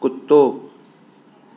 कुतो